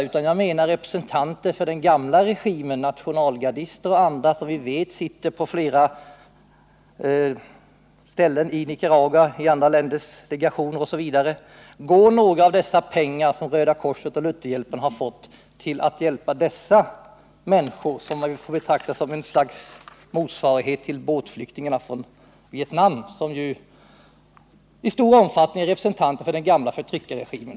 Men vi kan här inte bortse från att det exempelvis inom andra länders legationer i Nicaragua finns representanter för den gamla regimen, nationalgardister och andra. Kommer något av de pengar som Lutherhjälpen och Röda korset fått att användas till att hjälpa dessa människor att ta sig ut ur Nicaragua? Jag ställer den frågan, eftersom dessa ju får betraktas som något slags motsvarighet till båtflyktingarna från Vietnam, som i stor utsträckning är representanter för den gamla förtryckarregimen.